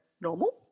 normal